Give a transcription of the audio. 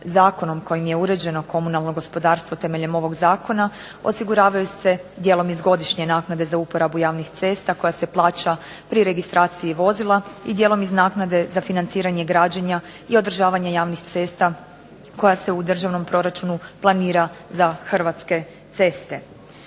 zakonom kojim je uređeno komunalno gospodarstvo temeljem ovog Zakona osiguravaju se dijelom iz godišnje naknade za uporabu javnih cesta koja se plaća pri registraciji vozila i dijelom iz naknade za financiranje građenja i održavanja javnih cesta koja se u državnom proračunu planira za Hrvatske ceste.